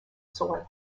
soil